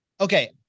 Okay